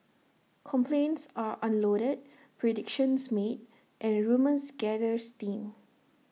complaints are unloaded predictions made and rumours gather steam